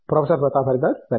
professor Pratap Haridas సరే